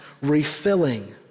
refilling